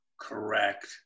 correct